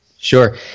Sure